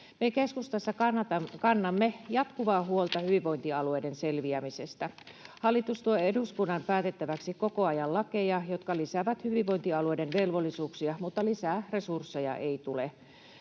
keskustassa kannamme jatkuvaa huolta hyvinvointialueiden selviämisestä. Hallitus tuo eduskunnan päätettäväksi koko ajan lakeja, jotka lisäävät hyvinvointialueiden velvollisuuksia, mutta lisää resursseja ei tule.